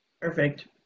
Perfect